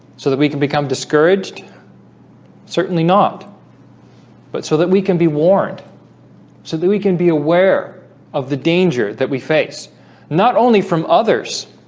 so that we can become discouraged certainly not but so that we can be warned so that we can be aware of the danger that we face not only from others